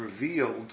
revealed